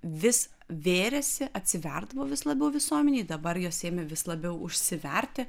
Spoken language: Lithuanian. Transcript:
vis vėrėsi atsiverdavo vis labiau visuomenei dabar jos ėmė vis labiau užsiverti